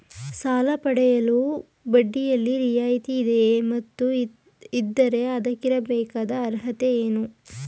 ಸಾಲ ಪಡೆಯಲು ಬಡ್ಡಿಯಲ್ಲಿ ರಿಯಾಯಿತಿ ಇದೆಯೇ ಮತ್ತು ಇದ್ದರೆ ಅದಕ್ಕಿರಬೇಕಾದ ಅರ್ಹತೆ ಏನು?